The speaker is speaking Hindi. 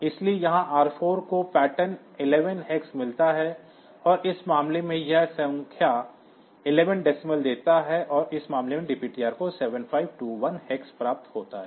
इसलिए यहाँ R4 को पैटर्न 11 Hex मिलता है और इस मामले में यह संख्या 11 दशमलव देता है और इस मामले में DPTR को 7521 Hex प्राप्त होता है